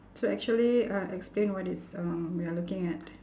so actually I explain what is uh we are looking at